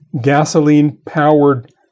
gasoline-powered